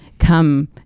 come